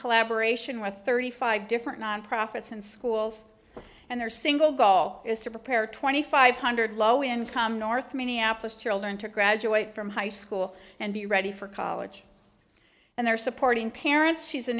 collaboration with thirty five different non profits and schools and their single goal is to prepare twenty five hundred low income north minneapolis children to graduate from high school and be ready for college and there supporting parents she's a